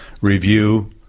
review